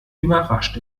überrascht